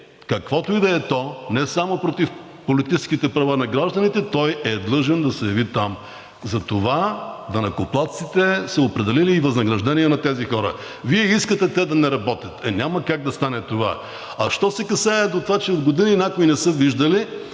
каквото и да е то, не само против политическите права на гражданите, той е длъжен да се яви там, затова данъкоплатците са определили и възнаграждение на тези хора. Вие искате те да не работят – е, няма как да стане това. А що се касае до това, че от години някои не са виждали